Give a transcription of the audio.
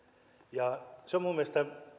se on minun mielestäni